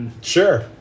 Sure